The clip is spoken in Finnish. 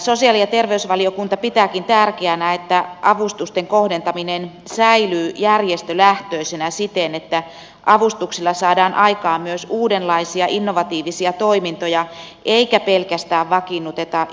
sosiaali ja terveysvaliokunta pitääkin tärkeänä että avustusten kohdentaminen säilyy järjestölähtöisenä siten että avustuksilla saadaan aikaan myös uudenlaisia innovatiivisia toimintoja eikä pelkästään vakiinnuteta